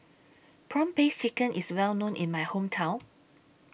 Prawn Paste Chicken IS Well known in My Hometown